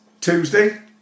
Tuesday